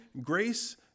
grace